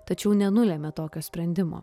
tačiau nenulemia tokio sprendimo